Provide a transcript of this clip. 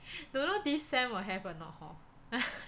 don't know this sem will have or not hor